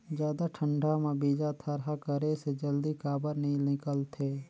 जादा ठंडा म बीजा थरहा करे से जल्दी काबर नी निकलथे?